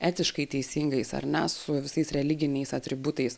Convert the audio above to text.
etiškai teisingais ar ne su visais religiniais atributais